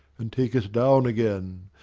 and take us down again,